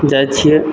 जाइ छियै